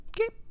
Okay